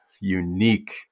unique